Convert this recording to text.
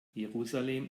jerusalem